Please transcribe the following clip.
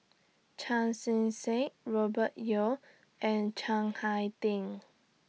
Chan Chee Seng Robert Yeo and Chiang Hai Ding